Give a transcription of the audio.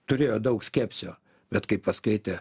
turėjo daug skepsio bet kai paskaitė